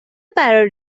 برای